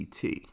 CT